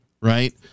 right